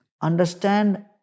Understand